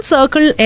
Circle